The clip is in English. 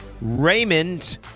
Raymond